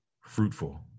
fruitful